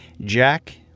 Jack